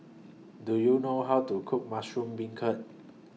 Do YOU know How to Cook Mushroom Beancurd